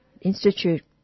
Institute